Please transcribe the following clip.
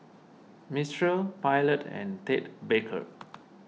Mistral Pilot and Ted Baker